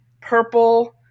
purple